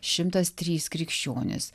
šimtas trys krikščionys